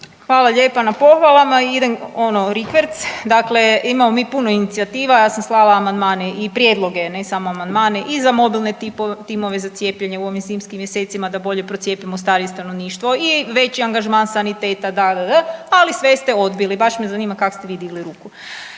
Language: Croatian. Hvala lijepa na pohvalama i idemo ono rikverc. Dakle, imamo mi puno inicijativa, ja sam slala amandmane i prijedloge, ne samo amandmane i za mobilne timove za cijepljenje u ovim zimskim mjesecima da bolje procijepimo starije stanovništvo i veći angažman saniteta ddd, ali sve ste odbili, baš me zanima kak ste vi digli ruku.